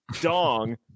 dong